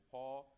Paul